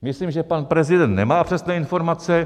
Myslím, že pan prezident nemá přesné informace.